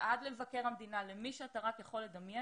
עד למבקר המדינה, למי שאתה רק יכול לדמיין,